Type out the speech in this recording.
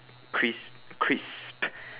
crisp crisp